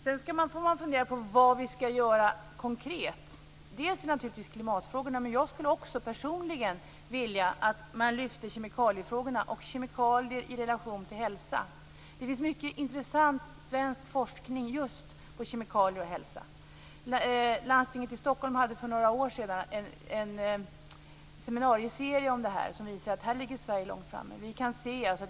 Sedan får man fundera på vad vi ska göra konkret. Det gäller naturligtvis klimatfrågorna, men jag skulle personligen också vilja att man lyfte fram kemikaliefrågorna - kemikalier i relation till hälsan. Det finns mycket intressant svensk forskning just när det gäller kemikalier och hälsa. Landstinget i Stockholm hade för några år sedan en seminarieserie om det här, som visade att Sverige ligger långt framme.